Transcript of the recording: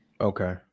Okay